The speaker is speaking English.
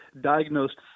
diagnosed